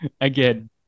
again